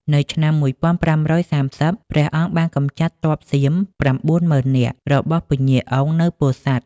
នៅឆ្នាំ ១៥៣០ ព្រះអង្គបានកម្ចាត់ទ័ពសៀម ៩ ម៉ឺននាក់របស់ពញ្ញាអុងនៅពោធិ៍សាត់។